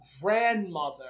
grandmother